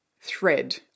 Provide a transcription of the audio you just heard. thread